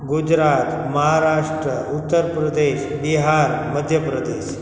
Gujarat Maharashtra Uttar Pradesh Bihar Madhya Pradesh